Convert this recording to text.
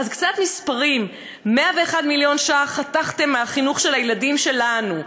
אז קצת מספרים: 101 מיליון שקלים חתכתם מהחינוך של הילדים שלנו,